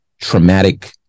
traumatic